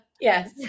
Yes